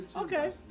okay